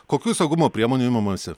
kokių saugumo priemonių imamasi